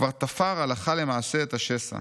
כבר תפר הלכה למעשה את השסע.